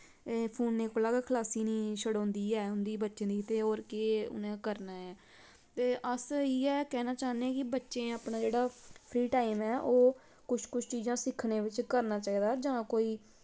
फोने कोला गै खलासी नेंई छडोंदी ऐ उं'दी बच्चें दी ते होर केह् उ'नैं करना ऐ ते अस इ'यै कैह्ना चाह्ने आं कि बच्चें अपना जेह्ड़ा फ्री टाईम ऐ ओह् कुछ कुछ चीजां सिक्खने बिच्च करना चाहिदा जां कोई